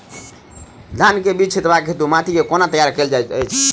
धान केँ बीज छिटबाक हेतु माटि केँ कोना तैयार कएल जाइत अछि?